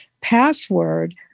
password